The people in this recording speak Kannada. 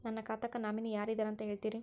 ನನ್ನ ಖಾತಾಕ್ಕ ನಾಮಿನಿ ಯಾರ ಇದಾರಂತ ಹೇಳತಿರಿ?